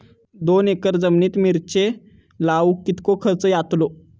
दोन एकर जमिनीत मिरचे लाऊक कितको खर्च यातलो?